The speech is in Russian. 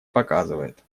показывает